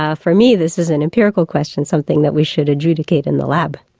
ah for me this is an empirical question, something that we should adjudicate in the lab.